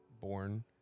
born